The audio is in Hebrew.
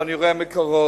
ואני רואה מקרוב,